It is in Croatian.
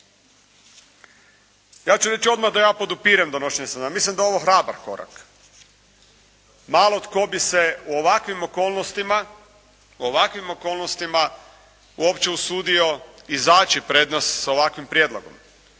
Ja ću reći odmah da ja podupirem donošenje, mislim da je ovo hrabar korak. Malo tko bi se u ovakvim okolnostima uopće usudio izaći pred nas sa ovakvim prijedlogom.